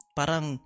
parang